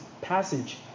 passage